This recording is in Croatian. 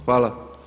Hvala.